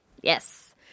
Yes